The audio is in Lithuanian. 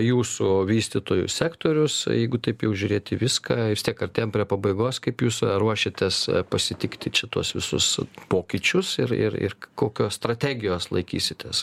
jūsų vystytojų sektorius jeigu taip jau žiūrėti viską vis tiek artėjam prie pabaigos kaip jūs ruošiatės pasitikti šituos visus pokyčius ir ir ir kokios strategijos laikysitės